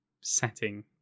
setting